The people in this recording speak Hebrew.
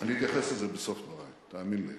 אני אתייחס לזה בסוף דברי, תאמין לי.